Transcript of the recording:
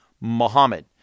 Muhammad